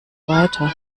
weiter